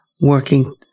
working